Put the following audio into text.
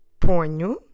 ponho